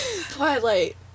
Twilight